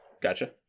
Gotcha